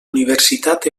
universitat